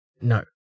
No